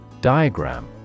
Diagram